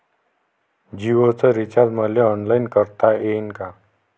जीओच रिचार्ज मले ऑनलाईन करता येईन का?